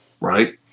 right